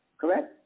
Correct